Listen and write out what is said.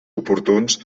oportuns